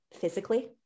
physically